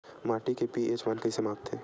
माटी के पी.एच मान कइसे मापथे?